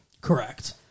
Correct